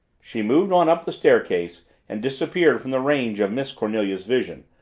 she moved on up the staircase and disappeared from the range of miss cornelia's vision,